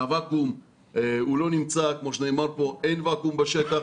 הוואקום לא נמצא ואין ואקום בשטח.